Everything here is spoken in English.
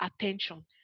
attention